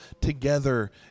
together